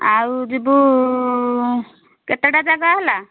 ଆଉ ଯିବୁ କେତେଟା ଜାଗା ହେଲା